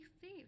safe